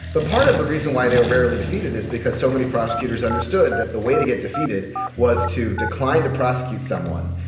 but part of the reason why they are rarely defeated is because so many prosecutors understood that the way to get defeated was to decline to prosecute someone.